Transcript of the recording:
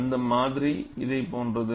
அந்த மாதிரி இதை போன்றது